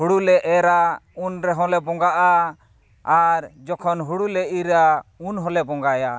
ᱦᱩᱲᱩᱞᱮ ᱮᱨᱼᱟ ᱩᱱ ᱨᱮᱦᱚᱸ ᱞᱮ ᱵᱚᱸᱜᱟᱜᱼᱟ ᱟᱨ ᱡᱚᱠᱷᱚᱱ ᱦᱩᱲᱩ ᱞᱮ ᱤᱨᱼᱟ ᱩᱱ ᱦᱚᱸᱞᱮ ᱵᱚᱸᱜᱟᱭᱟ